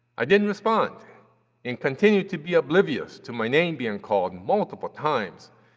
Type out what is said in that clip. i didn't respond and continued to be oblivious to my name being called multiple times,